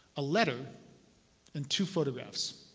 a letter and two photographs.